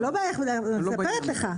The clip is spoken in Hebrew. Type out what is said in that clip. אני לא באה אליך בטענות, אני מספרת לך.